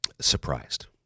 Surprised